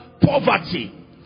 poverty